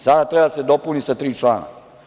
Sada treba da se dopuni sa tri člana.